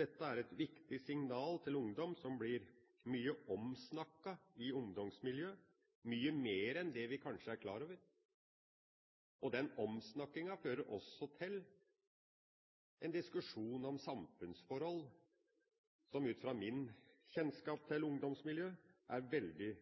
Dette er et viktig signal til ungdom som blir mye omsnakket i ungdomsmiljøer, mye mer enn det vi kanskje er klar over. Den omsnakkinga fører også til en diskusjon om samfunnsforhold som ut fra min kjennskap til ungdomsmiljøer er veldig